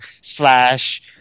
slash –